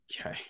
okay